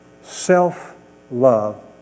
self-love